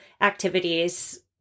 activities